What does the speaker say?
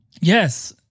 Yes